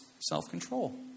self-control